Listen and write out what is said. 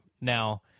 Now